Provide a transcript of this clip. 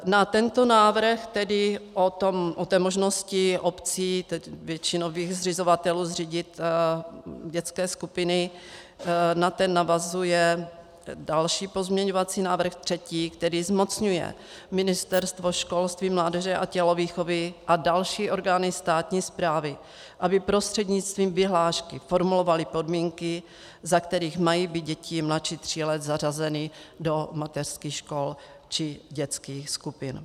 Na tento návrh, tedy o možnosti obcí, většinových zřizovatelů, zřídit dětské skupiny, navazuje další pozměňovací návrh, třetí, který zmocňuje Ministerstvo školství, mládeže a tělovýchovy a další orgány státní správy, aby prostřednictvím vyhlášky formulovaly podmínky, za kterých mají být děti mladších tří lety zařazeny do mateřských škol či dětských skupin.